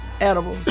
Edible